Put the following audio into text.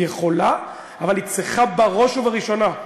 היא יכולה, אבל היא צריכה בראש ובראשונה,